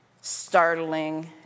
startling